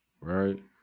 right